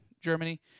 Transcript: Germany